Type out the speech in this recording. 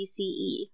BCE